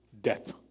death